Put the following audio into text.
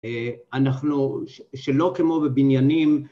אנחנו, שלא כמו בבניינים